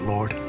Lord